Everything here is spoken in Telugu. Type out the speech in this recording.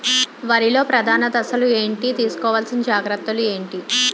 వరిలో ప్రధాన దశలు ఏంటి? తీసుకోవాల్సిన జాగ్రత్తలు ఏంటి?